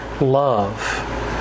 love